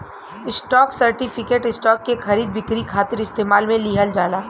stock certificate, stock के खरीद बिक्री खातिर इस्तेमाल में लिहल जाला